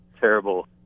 terrible